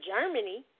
Germany